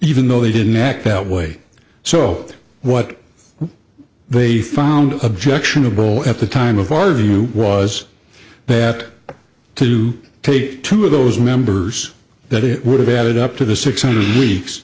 even though they didn't act that way so what they found objectionable at the time of our view was that to take two of those members that it would have added up to the six hundred